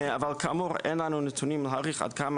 אבל כאמור אין לנו נתונים להאריך כד עמה